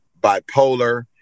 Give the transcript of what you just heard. Bipolar